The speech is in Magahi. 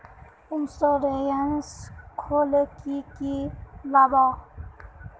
इंश्योरेंस खोले की की लगाबे?